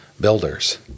builders